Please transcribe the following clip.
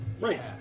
Right